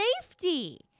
safety